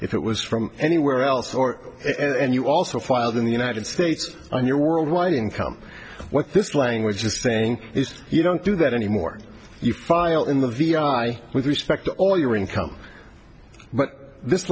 if it was from anywhere else or and you also filed in the united states on your worldwide income what this language is saying is you don't do that anymore you file in the vi with respect to all your income but this